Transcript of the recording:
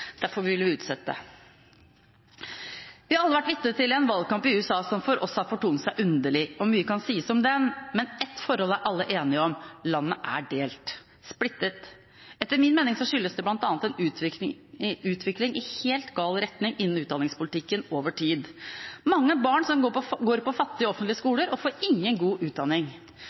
vil vi utsette. Vi har alle vært vitne til en valgkamp i USA som for oss har fortonet seg underlig. Mye kan sies om den, men ett forhold er alle enige om. Landet er delt – splittet. Etter min mening skyldes det bl.a. en utvikling i helt gal retning innen utdanningspolitikken over tid. Mange barn går på fattige offentlige skoler og får ingen god utdanning.